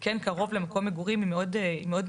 כן קרוב למקום מגורים מאוד בעייתית.